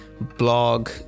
blog